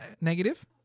negative